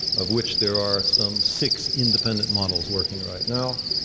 of which there are some six independent models working right now,